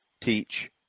teach